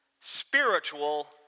spiritual